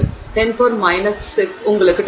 எனவே 10 6 உங்களுக்கு 10 12 இருக்கும்